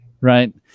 right